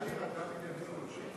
יאיר, אתה בענייני גירושין?